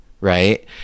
right